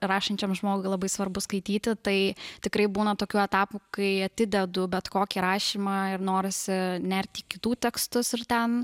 rašančiam žmogui labai svarbu skaityti tai tikrai būna tokių etapų kai atidedu bet kokį rašymą ir norisi nerti į kitų tekstus ir ten